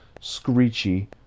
screechy